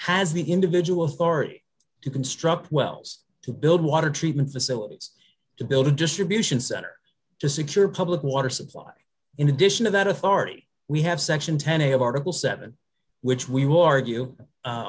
has the individual authority to construct wells to build water treatment facilities to build a distribution center to secure public water supply in addition to that authority we have section ten a of article seven which we will argue a